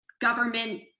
government